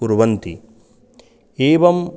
कुर्वन्ति एवम्